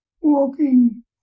walking